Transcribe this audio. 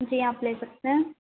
जी आप ले सकते हैं